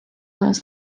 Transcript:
ruins